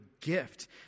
gift